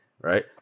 right